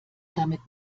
damit